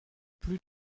plus